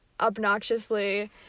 obnoxiously